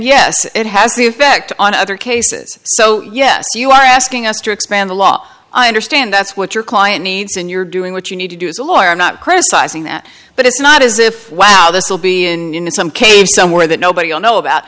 yes it has the effect on other cases so yes you are asking us to expand the law i understand that's what your client needs and you're doing what you need to do as a lawyer i'm not criticizing that but it's not as if wow this will be in some cave somewhere that nobody will know about